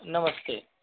नमस्ते